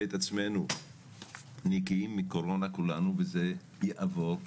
את עצמנו נקיים מקורונה כולנו וזה יעבור.